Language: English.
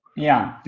yeah.